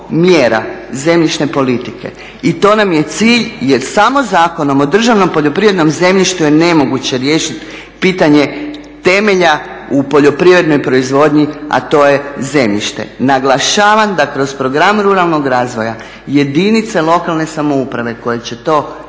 mjera zemljišne politike. I to nam je cilj. Jer samo Zakonom o državnom poljoprivrednom zemljištu je nemoguće riješiti pitanje temelja u poljoprivrednoj proizvodnji, a to je zemljište. Naglašavam da kroz program ruralnog razvoja jedinice lokalne samouprave koje će to